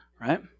Right